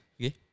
okay